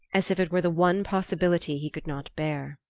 as if it were the one possibility he could not bear.